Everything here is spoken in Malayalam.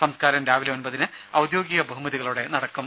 സംസ്കാരം രാവിലെ ഒമ്പതിന് ഔദ്യോഗിക ബഹുമതികളോടെ നടക്കും